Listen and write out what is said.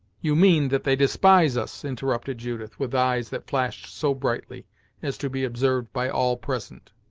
you mean that they despise us! interrupted judith, with eyes that flashed so brightly as to be observed by all present.